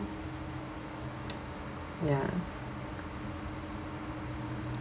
ya